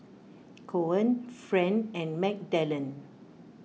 Coen Friend and Magdalen